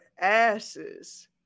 asses